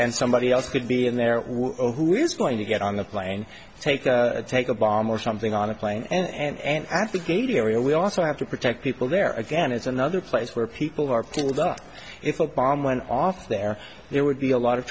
and somebody else could be in there who is going to get on the plane take a take a bomb or something on a plane and i think gate area we also have to protect people there again it's another place where people are if a bomb went off there there would be a lot of